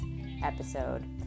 episode